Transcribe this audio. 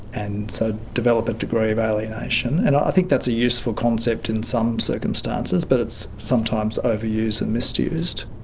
and so develop a degree of alienation. and i think that's a useful concept in some circumstances, but it's sometimes overused and misused.